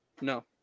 No